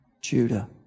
Judah